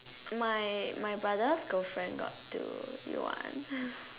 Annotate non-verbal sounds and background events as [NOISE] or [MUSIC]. my my brother's girlfriend got two new one [NOISE]